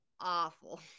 awful